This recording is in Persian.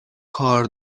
کار